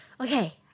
okay